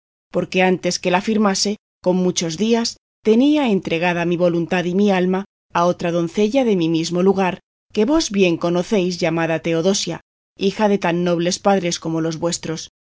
porque antes que la firmase con muchos días tenía entregada mi voluntad y mi alma a otra doncella de mi mismo lugar que vos bien conocéis llamada teodosia hija de tan nobles padres como los vuestros